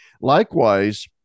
Likewise